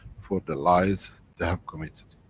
for the lies they have committed.